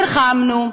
נלחמנו,